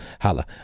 Holla